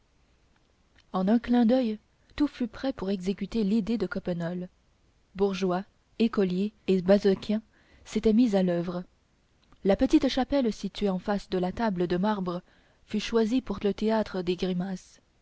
en un clin d'oeil tout fut prêt pour exécuter l'idée de coppenole bourgeois écoliers et basochiens s'étaient mis à l'oeuvre la petite chapelle située en face de la table de marbre fut choisie pour le théâtre des grimaces